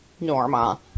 Norma